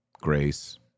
grace